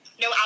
no